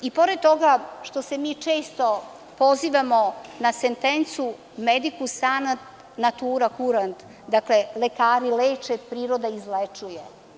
Pored toga što se mi često pozivamo na sentencu „medikus anat, natura kure“ – lekari leče, priroda izlečuje.